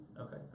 Okay